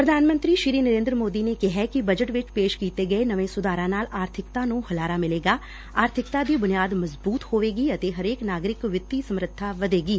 ਪ੍ਰਧਾਨ ਮੰਤਰੀ ਨਰੇਂਦਰ ਮੋਦੀ ਨੇ ਕਿਹੈ ਕਿ ਬਜਟ ਵਿਚ ਪੇਸ਼ ਕੀਤੇ ਨਵੇਂ ਸੁਧਾਰਾਂ ਨਾਲ ਆਰਬਿਕਤਾ ਨੂੰ ਹੁਲਾਰਾ ਮਿਲੇਗਾ ਆਰਬਿਕਤਾ ਦੀ ਬੁਨਿਆਦ ਮਜਬੁਤ ਹੋਵੇਗੀ ਅਤੇ ਹਰੇਕ ਨਾਗਰਿਕ ਵਿੱਤੀ ਸਮਰਬਾ ਵਧੇਗੀ